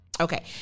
Okay